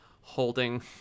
holding